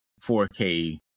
4K